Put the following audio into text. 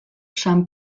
san